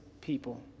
people